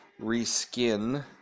reskin